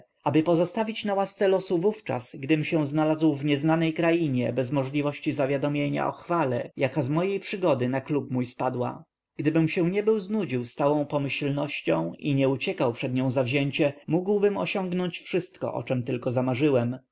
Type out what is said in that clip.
aby pozostawić na łasce losu wówczas gdym się znalazł w nieznanj krainie bez możności zawiadomienia o chwale jaka z mojej przygody na klub mój spada gdybym się nie był znudził stałą pomyślnością i nie uciekał przed nią zawzięcie mógłbym osiągnąć wszystko o czem tylko zamarzyłem